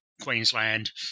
Queensland